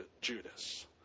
Judas